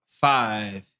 five